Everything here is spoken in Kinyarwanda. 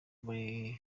muri